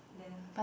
then